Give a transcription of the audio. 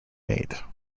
made